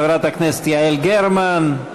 חברת הכנסת יעל גרמן,